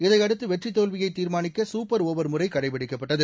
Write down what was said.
இதையடுத்து வெற்றி தோல்வியை தீர்மானிக்க சூப்பர் ஓவர் முறை கடைபிடிக்கப்பட்டது